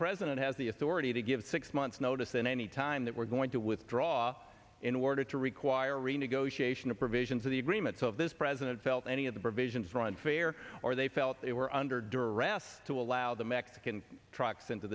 president has the authority to give six months notice and any time that we're going to withdraw in order to require renegotiation of provisions of the agreements of this president felt any of the provisions are unfair or they felt they were under duress to allow the mexican trucks into